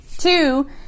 Two